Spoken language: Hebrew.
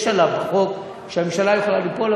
יש שלב בחוק שהממשלה יכולה ליפול,